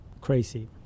crazy